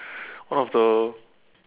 one of the